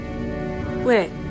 Wait